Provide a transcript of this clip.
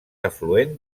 afluent